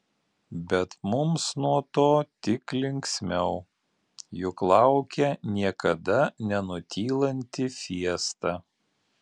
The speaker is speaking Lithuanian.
bet mums nuo to tik linksmiau juk laukia niekada nenutylanti fiesta